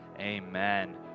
amen